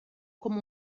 com